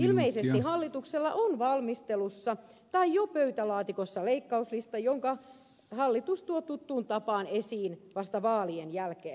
ilmeisesti hallituksella on valmistelussa tai jo pöytälaatikossa leikkauslista jonka hallitus tuo tuttuun tapaan esiin vasta vaalien jälkeen